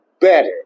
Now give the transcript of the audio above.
better